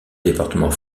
département